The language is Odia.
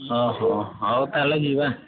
ହଁ ହଁ ହେଉ ତାହାହେଲେ ଯିବା